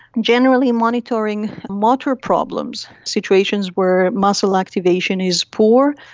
generally monitoring motor problems, situations where muscle activation is poor,